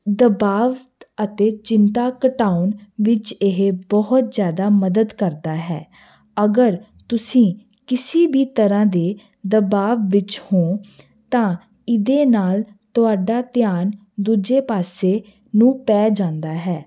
ਦਬਾਵ ਅਤੇ ਚਿੰਤਾ ਘਟਾਉਣ ਵਿੱਚ ਇਹ ਬਹੁਤ ਜਿਆਦਾ ਮਦਦ ਕਰਦਾ ਹੈ ਅਗਰ ਤੁਸੀਂ ਕਿਸੀ ਵੀ ਤਰ੍ਹਾਂ ਦੇ ਦਬਾਵ ਵਿੱਚ ਹੋ ਤਾਂ ਇਹਦੇ ਨਾਲ ਤੁਹਾਡਾ ਧਿਆਨ ਦੂਜੇ ਪਾਸੇ ਨੂੰ ਪੈ ਜਾਂਦਾ ਹੈ